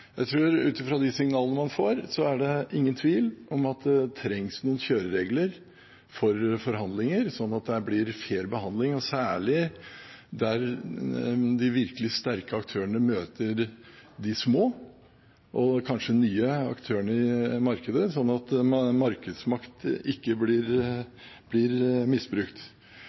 Jeg tror, ut fra de signalene man får, at det ikke er noen tvil om at det trengs noen kjøreregler for forhandlinger sånn at det blir fair behandling, særlig der de virkelig sterke aktørene møter de små og kanskje nye aktørene i markedet, sånn at markedsmakt ikke blir